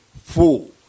full